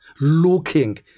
looking